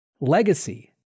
legacy